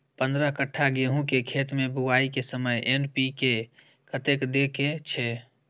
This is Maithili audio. पंद्रह कट्ठा गेहूं के खेत मे बुआई के समय एन.पी.के कतेक दे के छे?